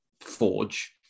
forge